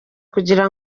kugira